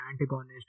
antagonist